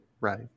Right